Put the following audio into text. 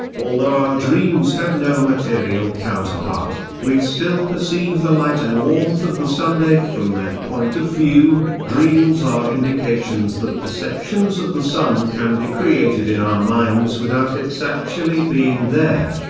although our dreams have no material counterpart, we still perceive the light and warmth of the sun. from that point of view, dreams are indications that perceptions of the sun can be created in our minds without its actually being there.